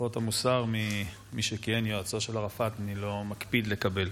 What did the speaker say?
הטפות המוסר ממי שכיהן כיועצו של ערפאת אני לא מקפיד לקבל.